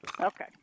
Okay